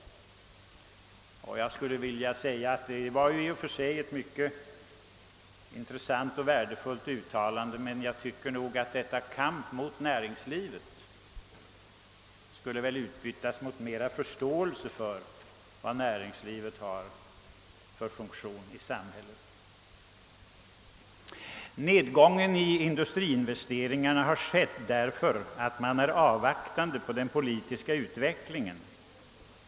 även om det i och för sig var ett mycket intressant och värdefullt uttalande, tycker jag nog att uttrycket »kamp mot näringslivet» bort utbytas mot »mera förståelse för» näringslivets funktioner i samhället. Nedgången i industriinvesteringarna har skett därför att man stått avvaktande inför den politiska utvecklingen.